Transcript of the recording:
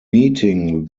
meeting